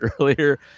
earlier